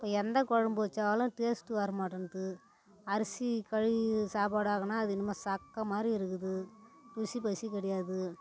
இப்போ எந்த குழம்பு வச்சாலும் டேஸ்ட் வர மாட்டேந்த்து அரிசி கழுவி சாப்பாடு ஆக்கினா அது என்னமோ சக்கை மாதிரி இருக்குது ருசி பசி கிடையாது